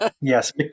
Yes